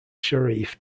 sharif